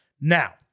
Now